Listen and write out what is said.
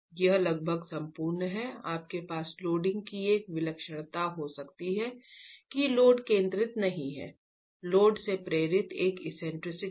यह लगभग संपूर्ण है आपके पास लोडिंग की एक विलक्षणता हो सकती है कि लोड केंद्रित नहीं है लोड से प्रेरित एक एक्सेंट्रिसिटी है